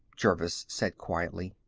jervis said quietly.